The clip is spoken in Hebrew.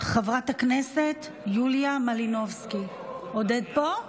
חברת הכנסת יוליה מלינובסקי, עודד פה?